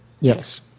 Yes